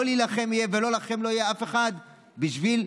לא לכם יהיה ולא לאף אחד יהיה בשביל,